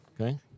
Okay